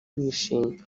bishimye